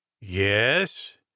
Yes